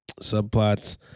subplots